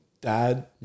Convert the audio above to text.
dad